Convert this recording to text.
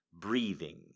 breathing